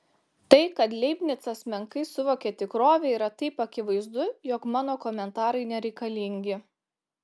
tai kad leibnicas menkai suvokia tikrovę yra taip akivaizdu jog mano komentarai nereikalingi